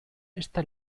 esta